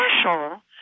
special